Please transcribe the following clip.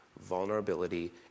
vulnerability